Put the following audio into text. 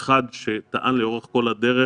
אחד שטען לאורך כל הדרך